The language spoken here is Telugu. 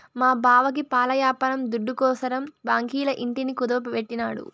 మా బావకి పాల యాపారం దుడ్డుకోసరం బాంకీల ఇంటిని కుదువెట్టినాడు